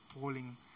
falling